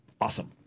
awesome